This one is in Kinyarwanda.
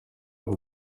ako